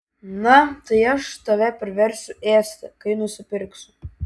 na tai aš tave priversiu ėsti kai nusipirksiu